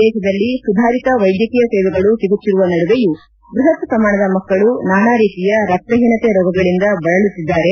ದೇಶದಲ್ಲಿ ಸುಧಾರಿತ ವೈದ್ಯಕೀಯ ಸೇವೆಗಳು ಸಿಗುತ್ತಿರುವ ನಡುವೆಯೂ ಬೃಹತ್ ಪ್ರಮಾಣದ ಮಕ್ಕಳು ನಾನಾ ರೀತಿಯ ರಕ್ತ ಹೀನತೆ ರೋಗಗಳಿಂದ ಬಳಲುತ್ತಿದ್ದಾರೆ